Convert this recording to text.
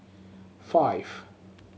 five